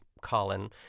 Colin